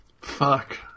fuck